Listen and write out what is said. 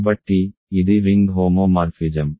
కాబట్టి ఇది ring homomorphism